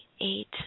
eight